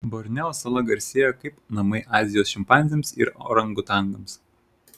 borneo sala garsėja kaip namai azijos šimpanzėms ir orangutangams